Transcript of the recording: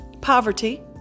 poverty